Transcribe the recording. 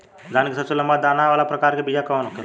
धान के सबसे लंबा दाना वाला प्रकार के बीया कौन होखेला?